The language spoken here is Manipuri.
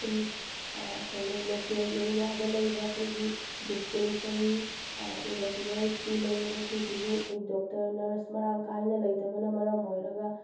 ꯁꯨꯝ ꯀꯩꯅꯣ ꯂꯣꯀꯦꯜ ꯑꯦꯔꯤꯌꯥꯗ ꯂꯩꯔꯤꯕ ꯑꯩꯈꯣꯏꯒꯤ ꯗꯤꯁꯄꯦꯟꯁꯔꯤ ꯑꯗꯨꯒ ꯄꯤ ꯑꯩꯆ ꯁꯤ ꯂꯩꯔꯤꯕꯁꯤꯡꯁꯤꯁꯨ ꯑꯩꯈꯣꯏ ꯗꯣꯛꯇꯔ ꯅꯔꯁ ꯃꯔꯥꯡ ꯀꯥꯏꯅ ꯂꯩꯇꯕꯅ ꯃꯔꯝ ꯑꯣꯏꯔꯒ